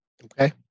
Okay